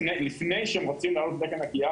לפני שהם רוצים להעלות את תקן הכליאה,